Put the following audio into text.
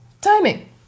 timing